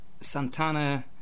Santana